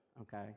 okay